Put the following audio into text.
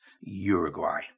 Uruguay